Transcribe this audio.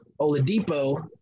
Oladipo